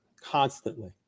constantly